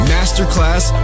Masterclass